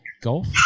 golf